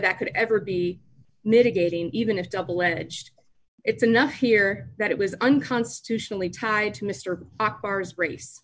that could ever be mitigating even if double edged it's enough here that it was unconstitutionally tied to mr akbar's race